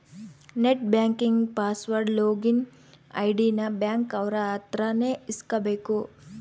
net banking password login ID ನ bank ಅವ್ರ ಅತ್ರ ನೇ ಇಸ್ಕಬೇಕು